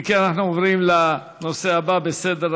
אם כן, אנחנו עוברים לנושא הבא בסדר-היום: